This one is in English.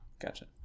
Gotcha